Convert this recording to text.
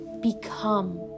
become